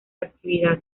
actividad